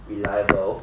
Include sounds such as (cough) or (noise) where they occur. (noise)